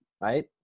right